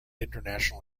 international